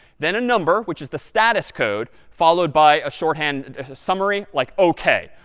then a number, which is the status code, followed by a shorthand summary, like ok.